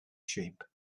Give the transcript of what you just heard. sheep